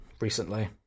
recently